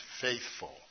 faithful